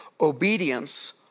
obedience